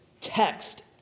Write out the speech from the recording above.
text